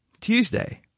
Tuesday